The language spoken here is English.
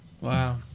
Wow